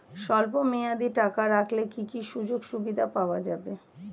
স্বল্পমেয়াদী টাকা রাখলে কি কি সুযোগ সুবিধা পাওয়া যাবে?